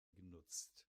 genutzt